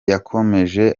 yakomeje